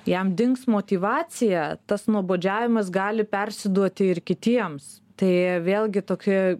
jam dings motyvacija tas nuobodžiavimas gali persiduoti ir kitiems tai vėlgi tokią